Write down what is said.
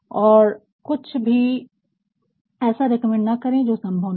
और कुछ भी ऐसा रेकमेंड न करे जो संभव न हो